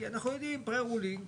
כי אנחנו יודעים שהוא